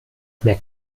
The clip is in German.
merkt